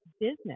business